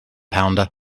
pounder